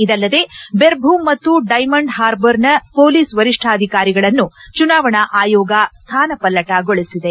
ಇದಲ್ಲದೆ ಬೀರ್ಭೂಮಿ ಮತ್ತು ಡೈಮಂಡ್ ಹಾರ್ಬರ್ನ ಮೊಲೀಸ್ ವರಿಷ್ಠಾಧಿಕಾರಿಗಳನ್ನೂ ಚುನಾವಣಾ ಆಯೋಗ ಸ್ಥಾನಪಲ್ಲಟಗೊಳಿಸಿದೆ